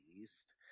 East